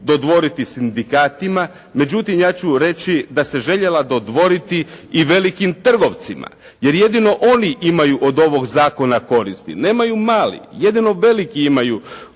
dodvoriti sindikatima, međutim ja ću reći da se željela dodvoriti i velikim trgovcima jer jedino oni imaju od ovog zakona koristi, nemaju mali. Jedino veliki imaju